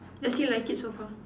does he like it so far